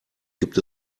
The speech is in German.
gibt